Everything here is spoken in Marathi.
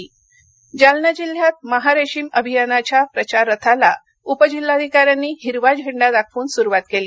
महारेशीम अभियान जालना जालना जिल्ह्यात महारेशीम अभियानाच्या प्रचार रथाला उप जिल्हाधिकाऱ्यांनी हिरवा झेंडा दाखवून सुरुवात केली